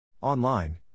Online